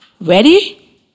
Ready